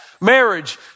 marriage